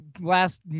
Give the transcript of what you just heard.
last